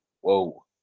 Whoa